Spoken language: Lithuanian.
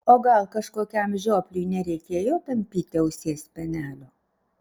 o gal kažkokiam žiopliui nereikėjo tampyti ausies spenelio